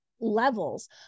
levels